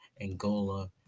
Angola